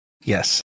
Yes